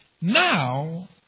Now